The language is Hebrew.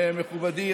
מכובדי,